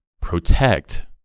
protect